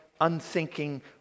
unthinking